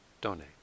donate